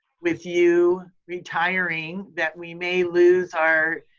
with you retiring, that we may lose our,